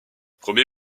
premier